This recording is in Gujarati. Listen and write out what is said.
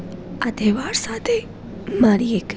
આ તહેવાર સાથે મારી એક